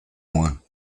moins